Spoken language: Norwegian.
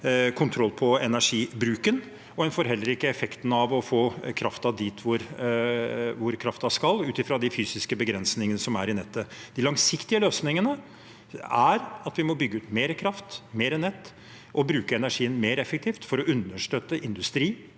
kontroll på energibruken, og en får heller ikke effekten av å få kraften dit kraften skal, ut ifra de fysiske begrensningene som er i nettet. De langsiktige løsningene er at vi må bygge ut mer kraft og mer nett og bruke energien mer effektivt for å understøtte industri